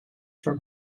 from